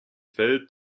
feld